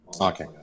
Okay